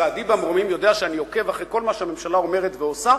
סהדי במרומים יודע שאני עוקב אחרי כל מה שהממשלה אומרת ועושה,